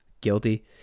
guilty